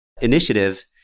initiative